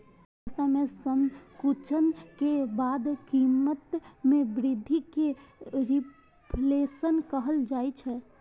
अर्थव्यवस्था मे संकुचन के बाद कीमत मे वृद्धि कें रिफ्लेशन कहल जाइ छै